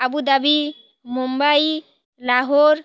Abu Dhabi Mumbai Lahore